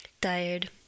tired